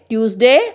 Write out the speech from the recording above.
Tuesday